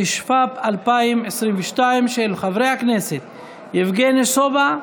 התשפ"ב 2022 של חברי הכנסת יבגני סובה,